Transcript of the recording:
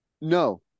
No